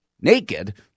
naked